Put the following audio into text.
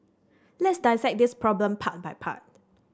let's dissect this problem part by part